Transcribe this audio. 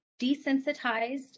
desensitized